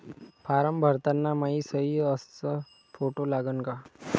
Form भरताना मायी सयी अस फोटो लागन का?